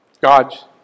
God's